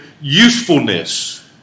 usefulness